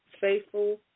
faithful